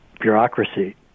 bureaucracy